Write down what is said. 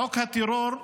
חוק הטרור,